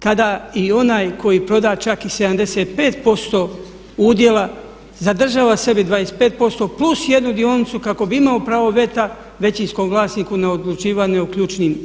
Kada i onaj koji proda čak i 75% udjela zadržava sebi 25% plus 1 dionicu kako bi imao pravo veta većinskom vlasniku na odlučivanje u ključnim